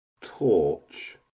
torch